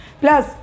plus